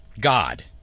God